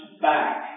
back